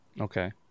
Okay